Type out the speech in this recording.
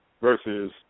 versus